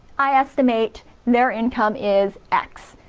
i estimate their income is x.